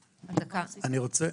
כן, בבקשה,